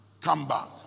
comeback